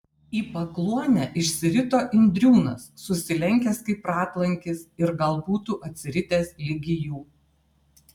į pakluonę išsirito indriūnas susilenkęs kaip ratlankis ir gal būtų atsiritęs ligi jų